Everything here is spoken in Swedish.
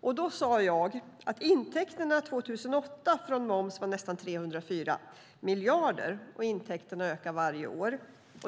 Då sade jag att intäkterna 2008 från moms var nästan 304 miljarder och att intäkterna ökar varje år.